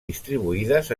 distribuïdes